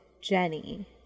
Jenny